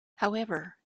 however